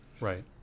Right